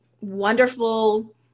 wonderful